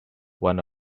one